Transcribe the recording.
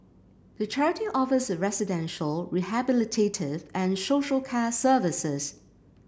the charity offers residential rehabilitative and social care services